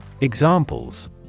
Examples